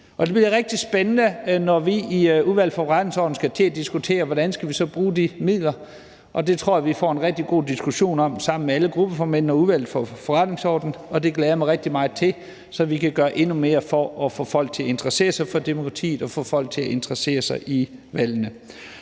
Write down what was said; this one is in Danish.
det bliver rigtig spændende, når vi i Udvalget for Forretningsordenen skal til at diskutere, hvordan vi så skal bruge de midler, og det tror jeg vi får en rigtig god diskussion om sammen med alle gruppeformændene og Udvalget for Forretningsordenen, og det glæder jeg mig rigtig meget til, så vi kan gøre endnu mere for at få folk til at interessere sig for demokratiet og få folk til at interessere sig for valgene.